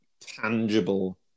tangible